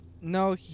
No